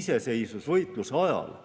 iseseisvusvõitluse